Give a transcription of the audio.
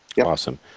Awesome